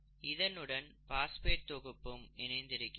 இதனுடன் பாஸ்பேட் தொகுப்பும் இணைந்திருக்கிறது